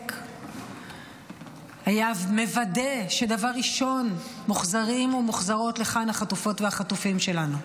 ספק היה מוודא שדבר ראשון מוחזרים ומוחזרות לכאן החטופות והחטופים שלנו.